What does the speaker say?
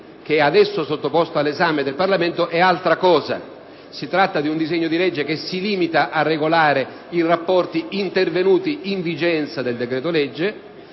il disegno di legge all'esame del Senato è altra cosa: si tratta di un disegno di legge che si limita a regolare i rapporti intervenuti in vigenza del decreto-legge